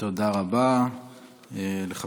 אז הדבר הזה שווה